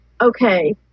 okay